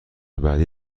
بعدی